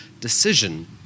decision